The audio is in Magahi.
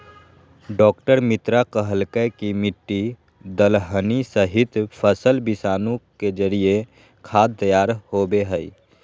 डॉ मित्रा कहलकय कि मिट्टी, दलहनी सहित, फसल विषाणु के जरिए खाद तैयार होबो हइ